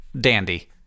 dandy